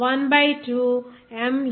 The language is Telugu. m